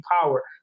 power